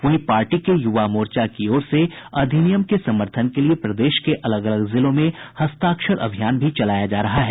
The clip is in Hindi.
वहीं पार्टी के युवा मोर्चा की ओर से अधिनियम के समर्थन के लिये प्रदेश के अलग अलग जिलों में हस्ताक्षर अभियान भी चलाया जा रहा है